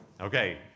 Okay